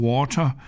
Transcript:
Water